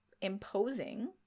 imposing